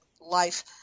life